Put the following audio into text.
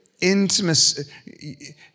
Intimacy